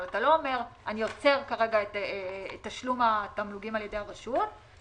אבל אתה לא אומר: אני עוצר כרגע את תשלום התמלוגים על ידי הרשות ורק